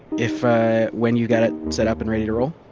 if ah, when you've got it set up and ready to roll